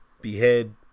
behead